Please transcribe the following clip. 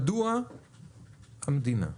מדוע המדינה,